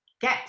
get